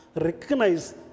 Recognize